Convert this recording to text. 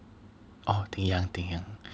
orh Ding Yang Ding Yang